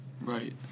Right